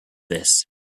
this